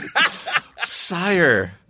Sire